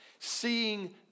Seeing